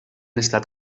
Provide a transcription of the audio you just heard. estat